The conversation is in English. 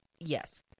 yes